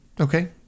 Okay